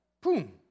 Boom